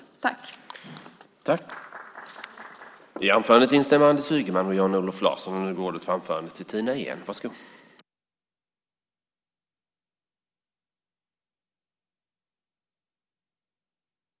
I anförandet instämde Anders Ygeman och Jan-Olof Larsson .